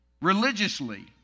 religiously